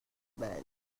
band